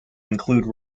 include